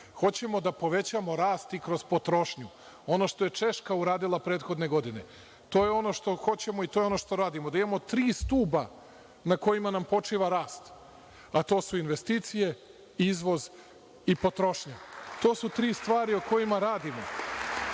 hoćemo da povećamo rast i kroz potrošnju. Ono što je Češka uradila prethodne godine, to je ono što hoćemo, to je ono što radimo. Da imamo tri stuba na kojima nam počiva rast, a to su investicije, izvoz i potrošnja. To su tri stvari o kojima radimo.